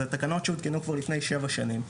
אלה תקנות שהותקנו כבר לפני שבע שנים.